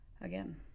Again